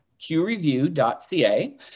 qreview.ca